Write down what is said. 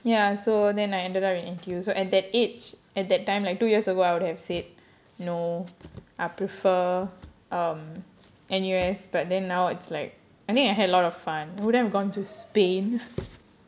ya so then I ended up in N_T_U so at that age at that time like two years ago I would have said no I prefer um N_U_S but then now it's like I think I had a lot of fun wouldn't have gone to spain